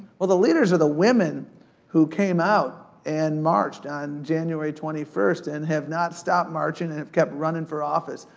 well the leaders are the women who came out and marched on january twenty first, and have not stopped marching. and have kept running for office,